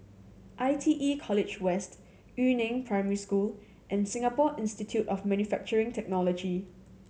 I T E College West Yu Neng Primary School and Singapore Institute of Manufacturing Technology